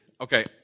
Okay